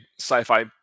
sci-fi